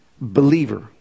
believer